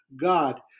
God